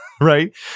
Right